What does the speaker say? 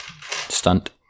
stunt